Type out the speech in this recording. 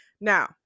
Now